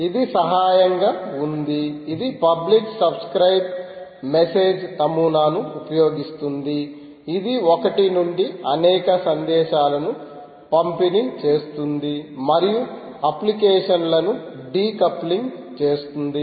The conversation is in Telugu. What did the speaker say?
ఇది సహాయంగా ఉంది ఇది పబ్లిక్ సబ్స్క్రయిబ్ మెసేజ్ నమూనాను ఉపయోగిస్తుంధి ఇది ఒకటి నుండి అనేక సందేశాలను పంపిణీ చేస్తుంది మరియు అప్లికేషన్లను డీకప్లింగ్ చేస్తుంది